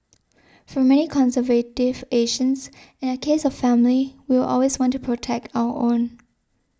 for many conservative Asians in the case of family we will always want to protect our own